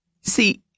see